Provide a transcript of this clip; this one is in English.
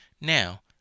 Now